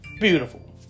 Beautiful